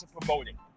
promoting